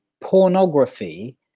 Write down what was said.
pornography